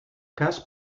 cas